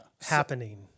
happening